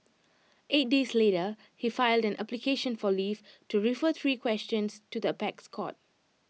eight days later he filed an application for leave to refer three questions to the apex court